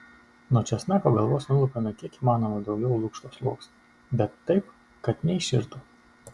nuo česnako galvos nulupame kiek įmanoma daugiau lukšto sluoksnių bet taip kad neiširtų